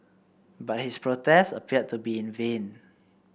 but his protest appeared to be in vain